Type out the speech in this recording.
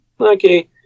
Okay